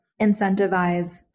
incentivize